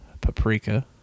paprika